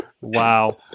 Wow